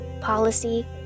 policy